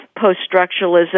post-structuralism